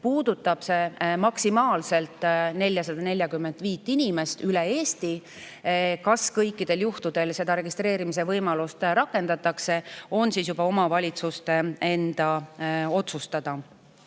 puudutab maksimaalselt 445 inimest üle Eesti. Kas kõikidel juhtudel registreerimise võimalust rakendatakse, on juba omavalitsuste enda otsustada. Selle